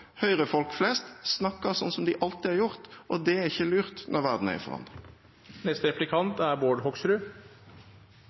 flest snakker sånn som de alltid har gjort, og det er ikke lurt når verden er i